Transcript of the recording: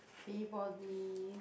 see body